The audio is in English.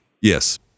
yes